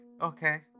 okay